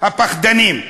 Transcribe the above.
הפחדנים.